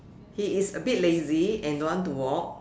he is a bit lazy and don't want to walk